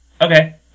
Okay